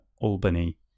Albany